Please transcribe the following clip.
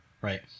right